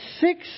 six